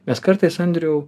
mes kartais andriau